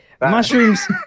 Mushrooms